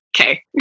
Okay